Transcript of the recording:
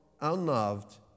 unloved